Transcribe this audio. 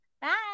Bye